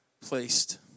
placed